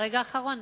ברגע האחרון,